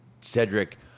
Cedric